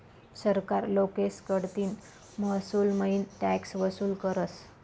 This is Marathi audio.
सरकार लोकेस कडतीन महसूलमईन टॅक्स वसूल करस